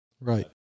right